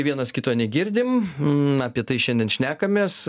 vienas kito negirdim apie tai šiandien šnekamės